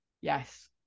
Yes